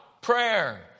prayer